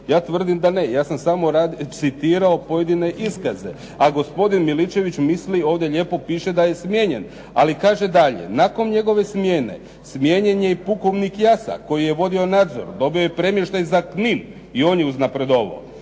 Ja tvrdim da ne. Ja sam samo citirao pojedine iskaze a gospodin Miličević misli, ovdje lijepo piše, da je smijenjen. Ali kaže dalje, nakon njegove smjene smijenjen je i pukovnik Jasa koji je vodio nadzor, dobio je premještaj za Knin, i on je uznapredovao,